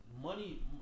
Money